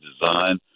design